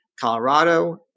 Colorado